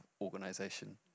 organization